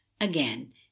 again